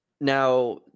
Now